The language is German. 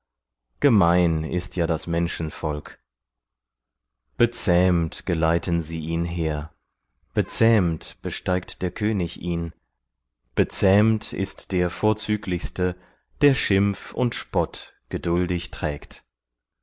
gemein ist ja das menschenvolk bezähmt geleiten sie ihn her bezähmt besteigt der könig ihn bezähmt ist der vorzüglichste der schimpf und spott geduldig trägt